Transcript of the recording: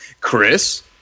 Chris